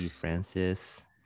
Francis